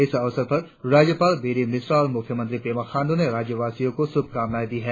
इस अवसर पर राज्यपाल डॉ बी डी मिश्रा और मुख्यमंत्री पेमा खांड्र ने राज्यवासियो को शुभकामनाए दी है